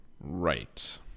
Right